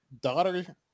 daughter